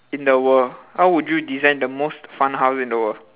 in the world how would you design the most fun house in the world